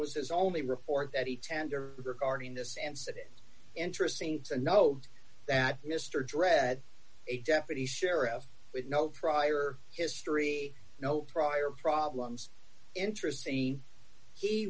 was his only report that he tender regarding this and said it interesting to know that mr dredd a deputy sheriff with no prior history no prior problems interesting he